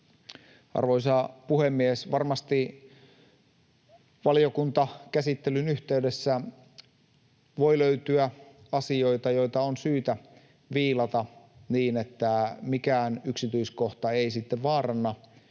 Arvoisa puhemies! Varmasti valiokuntakäsittelyn yhteydessä voi löytyä asioita, joita on syytä viilata niin, että mikään yksityiskohta ei sitten vaaranna